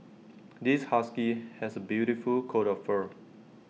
this husky has A beautiful coat of fur